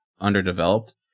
underdeveloped